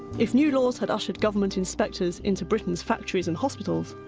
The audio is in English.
if new laws had ushered government inspectors in to britain's factories and hospitals,